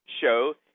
show